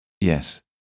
Yes